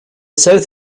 south